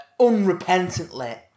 unrepentantly